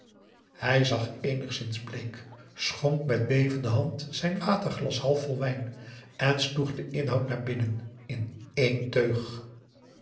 hij zag eenigszins bleek schonk met bevende hand zijn waterglas half vol wijn en sloeg den inhoud naar binnen in één teug